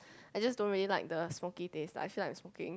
I just don't really like the smoky taste like I feel like I'm smoking